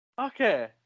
okay